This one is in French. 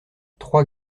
trois